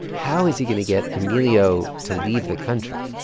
how is he going to get emilio to leave the country?